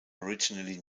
originally